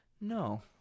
No